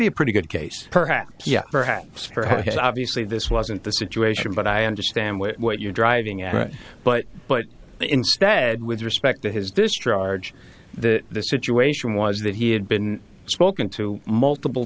be a pretty good case perhaps perhaps perhaps obviously this wasn't the situation but i understand what you're driving at but but instead with respect to his discharge the situation was that he had been spoken to multiple